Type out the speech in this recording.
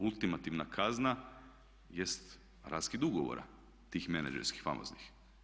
Ultimativna kazna jest raskid ugovora tih menadžerskih, famoznih.